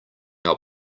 our